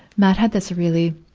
matt had this really,